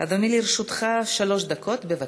דקות, בבקשה.